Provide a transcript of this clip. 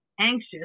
anxious